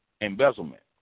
embezzlement